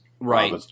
right